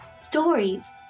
stories